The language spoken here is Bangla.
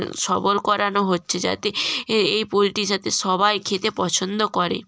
সবল করানো হচ্ছে যাতে এ এই পোল্ট্রি যাতে সবাই খেতে পছন্দ করে